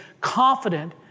confident